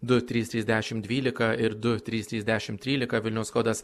du trys trys dešim dvylika ir du trys trys dešim trylika vilniaus kodas